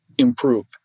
Improve